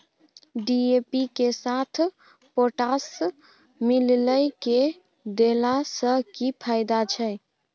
DAP के साथ potash मिललय के देला स की फायदा छैय?